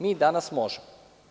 Mi danas možemo.